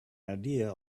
idea